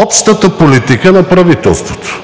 общата политика на правителството.